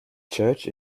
church